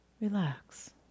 relax